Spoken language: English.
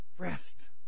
Rest